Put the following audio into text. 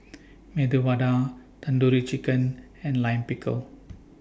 Medu Vada Tandoori Chicken and Lime Pickle